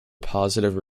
positive